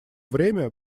время